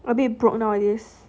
a bit broke nowadays